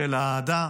של האהדה,